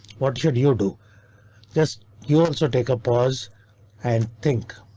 what should you do? just you also take a pause and think.